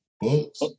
Books